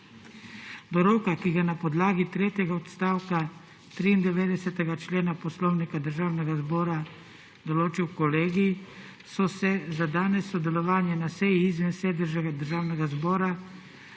Do roka, ki ga je na podlagi tretjega odstavka 93. člena Poslovnika Državnega zbora določil kolegij, so za danes sodelovanje na seji izven sedeža Državnega zbora